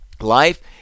life